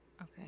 Okay